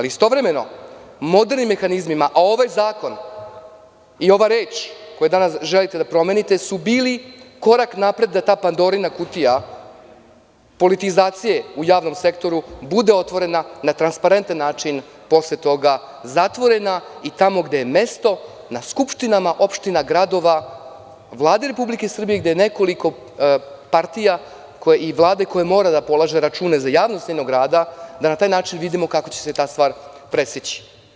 Istovremeno, modernim mehanizmima, a ovaj zakon i ova reč koju danas želite da promenite su bili korak napred da ta Pandorina kutija politizacije u javnom sektoru bude otvorena na transparentan način, posle toga zatvorena i tamo gde joj je mesto, na skupštinama opština, gradova, Vlada Republike Srbije gde je nekoliko partija i Vlade koja mora da polaže računa za javnost njenog rada, da na taj način vidimo kako će se ta stvar preseći.